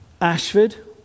Ashford